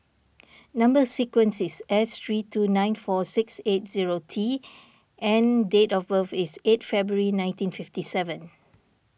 Number Sequence is S three two nine four six eight zero T and date of birth is eight February nineteen fifty seven